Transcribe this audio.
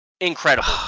Incredible